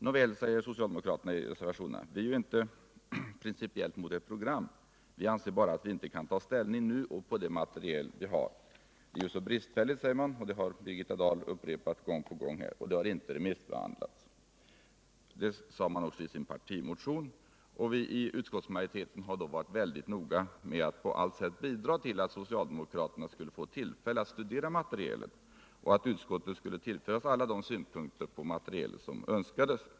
Nåväl — säger socialdemokraterna i reservationerna — vi är ju inte principiellt mot ett program, vi anser bara att vi inte kan ta ställning på det material som vi har. Det är ju så bristfälligt, säger man — och Birgitta Dahl upprepar det gång på gång — och det har inte remissbehandlats. Det sade man också i sin partimotion, och vi inom utskottsmajoriteten har då varit mycket noga med att på allt sätt bidra till att socialdemokraterna skulle få ullfälle att studera materialet och att utskottet skulle tillföras de synpunkter på materialet som önskades.